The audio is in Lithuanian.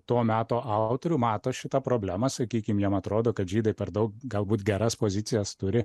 to meto autorių mato šitą problemą sakykim jam atrodo kad žydai per daug galbūt geras pozicijas turi